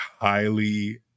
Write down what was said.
highly